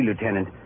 Lieutenant